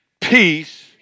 peace